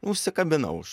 užsikabinau už